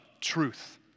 truth